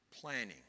planning